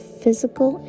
physical